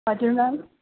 हजुर म्याम